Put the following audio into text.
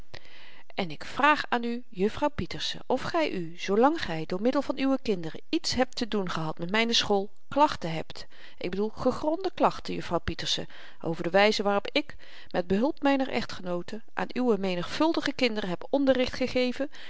en ik vraag aan u juffrouw pieterse of gy u zoolang gy door middel van uwe kinderen iets hebt te doen gehad met myne school klachten hebt ik bedoel gegronde klachten juffrouw pieterse over de wyze waarop ik met behulp myner echtgenoote aan uwe menigvuldige kinderen heb onderricht gegeven